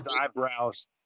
eyebrows